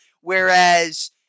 Whereas